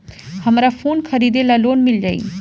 हमरा फोन खरीदे ला लोन मिल जायी?